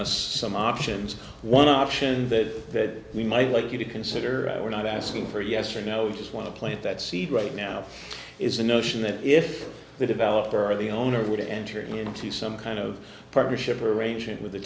us some options one option that we might like you to consider we're not asking for a yes or no just want to plant that seed right now is the notion that if the developer or the owner would enter into some kind of partnership arrangement with